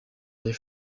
des